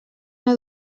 una